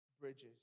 bridges